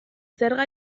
zerga